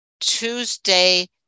Tuesday